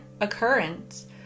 occurrence